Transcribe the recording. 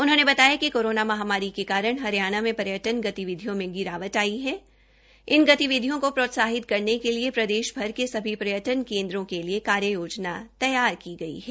उन्होंने बताया कि कोरोना महामारी के कारण हरियाणा में पर्यटन गतिविधियों को प्रोत्साहित करने के लिए प्रदेशभर के सभी पर्यटन केन्द्रों के लिए कार्य योजना तैयार की गई है